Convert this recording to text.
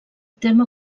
terme